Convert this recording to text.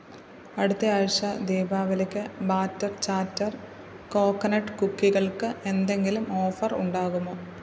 അടുത്ത ആഴ്ച ദീപാവലിക്ക് ബാറ്റർ ചാറ്റർ കോക്കനട്ട് കുക്കികൾക്ക് എന്തെങ്കിലും ഓഫർ ഉണ്ടാകുമോ